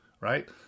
right